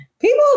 people